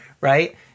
Right